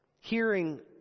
Hearing